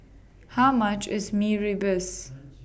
How much IS Mee Rebus